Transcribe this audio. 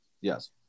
Yes